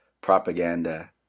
propaganda